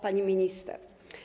Pani Minister!